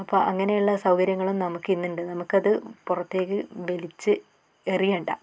അപ്പം അങ്ങനെയുള്ള സൗകര്യങ്ങളും നമുക്ക് ഇന്നുണ്ട് നമുക്കത് പുറത്തേക്ക് വലിച്ച് എറിയണ്ട